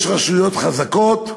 יש רשויות חזקות,